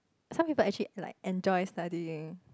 some people actually like enjoy studying